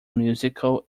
musical